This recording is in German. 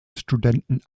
studenten